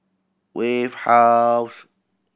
Wave House